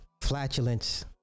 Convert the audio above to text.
flatulence